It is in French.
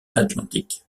atlantique